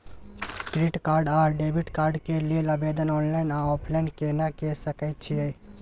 Credit card आ debit card के लेल आवेदन ऑनलाइन आ ऑफलाइन केना के सकय छियै?